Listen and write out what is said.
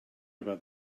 about